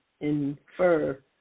infer